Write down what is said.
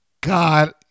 god